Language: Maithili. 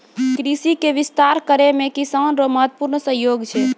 कृषि के विस्तार करै मे किसान रो महत्वपूर्ण सहयोग छै